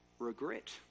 regret